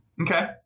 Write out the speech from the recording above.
Okay